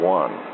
one